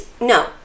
No